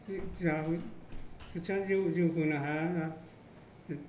दाबो खोथियायानो जेबो जौगानो हाया